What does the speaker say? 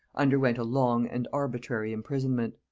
underwent a long and arbitrary imprisonment.